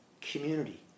community